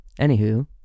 Anywho